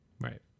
right